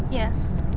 yes,